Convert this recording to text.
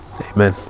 amen